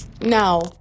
Now